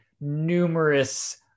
numerous